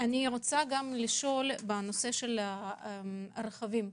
שאלה נוספת לגבי הרכבים.